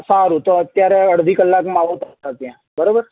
સારું તો અત્યારે અડધી કલાકમાં આવું તમારે ત્યાં બરાબર